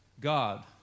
God